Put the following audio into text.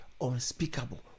unspeakable